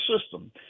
system